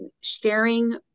sharing